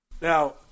Now